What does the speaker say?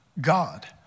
God